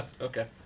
Okay